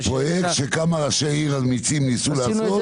זה פרויקט שכמה ראשי עיר אמיצים ניסו לעשות ולא הצלחנו.